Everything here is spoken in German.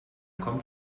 kommt